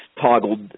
toggled